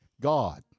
God